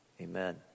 Amen